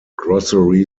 grocery